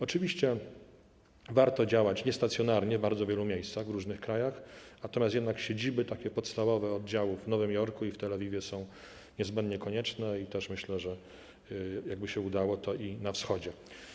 Oczywiście warto działać niestacjonarnie w bardzo wielu miejscach, w różnych krajach, jednak siedziby, takie podstawowe, oddziałów w Nowym Jorku i w Tel Awiwie są niezbędne, konieczne - też myślę, że jakby się udało, to i na Wschodzie.